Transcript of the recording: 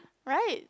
right